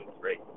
great